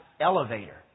elevator